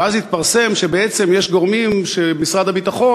ואז התפרסם שבעצם יש גורמים במשרד הביטחון